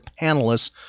panelists